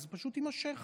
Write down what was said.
אז זה פשוט יימשך